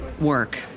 work